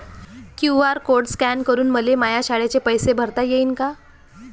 QR code scan करून मले माया शाळेचे पैसे भरता येईन का?